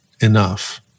enough